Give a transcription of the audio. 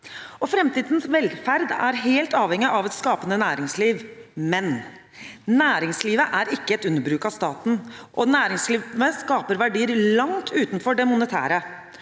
framtidens velferd er helt avhengig av et skapende næringsliv. Men næringslivet er ikke et underbruk av staten, og næringslivet skaper verdier langt utenfor det monetære.